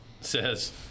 says